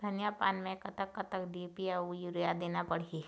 धनिया पान मे कतक कतक डी.ए.पी अऊ यूरिया देना पड़ही?